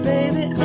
Baby